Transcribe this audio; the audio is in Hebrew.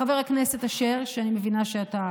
חבר הכנסת אשר, שאני מבינה שאתה